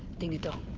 dingadong,